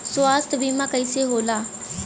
स्वास्थ्य बीमा कईसे होला?